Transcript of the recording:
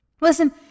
listen